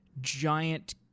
giant